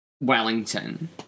Wellington